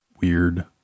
weird